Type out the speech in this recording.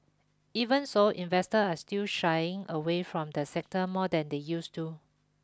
even so investors are still shying away from the sector more than they used to